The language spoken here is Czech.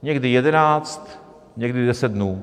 Někdy 11, někdy 10 dnů.